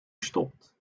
stopt